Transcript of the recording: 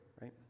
right